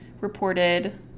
reported